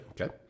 Okay